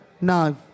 no